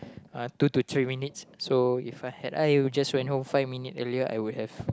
uh two to three minutes so If I had I just went home five minutes earlier I would have